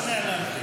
לא נעלמתי.